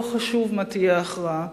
לא חשוב מה תהיה ההכרעה.